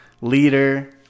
leader